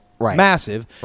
massive